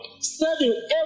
serving